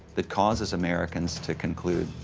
that causes americans to conclude,